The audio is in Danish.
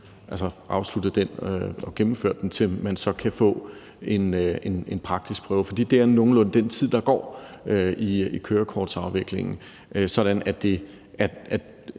afsluttet og gennemført den, til man så kan få en praktisk prøve. For det er nogenlunde den tid, der går i kørekortsafviklingen, sådan at det